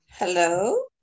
Hello